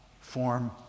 form